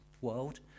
World